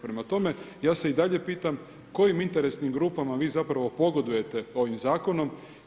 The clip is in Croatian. Prema tome ja se i dalje pitam kojim interesnim grupama vi zapravo pogodujete ovim zakonom?